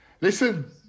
listen